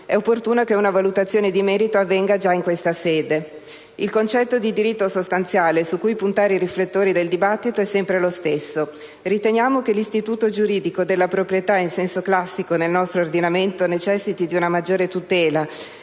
è opportuno che una valutazione di merito avvenga già in questa sede. Il concetto di diritto sostanziale su cui puntare i riflettori del dibattito è sempre lo stesso: riteniamo che l'istituto giuridico della proprietà in senso classico nel nostro ordinamento necessiti di una maggiore tutela